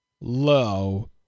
low